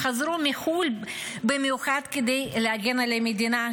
חזרו מחו"ל במיוחד כדי להגן על המדינה,